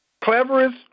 cleverest